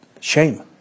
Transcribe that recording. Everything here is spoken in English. shame